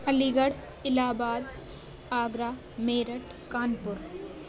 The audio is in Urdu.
علی گڑھ الٰہ آباد آگرہ میرٹھ کانپور